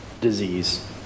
disease